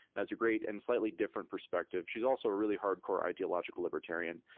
has a great and slightly different perspective. she's also a really hard-core ideological libertarian.